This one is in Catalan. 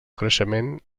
creixement